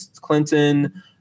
Clinton